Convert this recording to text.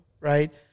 right